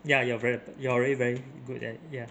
ya you are very you're really very good at ya